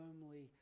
firmly